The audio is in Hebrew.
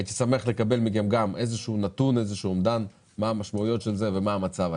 הייתי שמח לקבל מכם תמונת מצב ומה המשמעויות של זה.